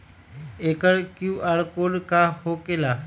एकर QR code का होकेला?